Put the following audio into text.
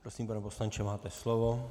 Prosím, pane poslanče, máte slovo.